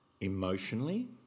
emotionally